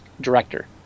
director